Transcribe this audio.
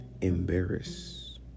Embarrass